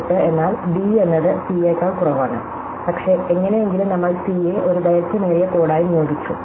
18 എന്നാൽ ഡി എന്നത് സി യേക്കാൾ കുറവാണ് പക്ഷേ എങ്ങനെയെങ്കിലും നമ്മൾ സി യെ ഒരു ദൈർഘ്യമേറിയ കോഡായി നിയോഗിച്ചു